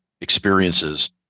experiences